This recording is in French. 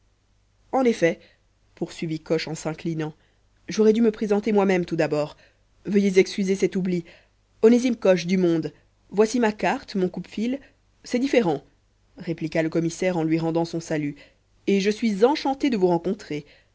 en effet poursuivit coche en s'inclinant j'aurais dû me présenter moi-même tout d'abord veuillez excuser cet oubli onésime coche du monde voici ma carte mon coupe file c'est différent répliqua le commissaire en lui rendant son salut et je suis enchanté de vous rencontrer